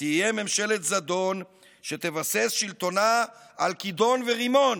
תהיה ממשלת זדון שתבסס שלטונה על כידון ורימון.